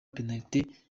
penaliti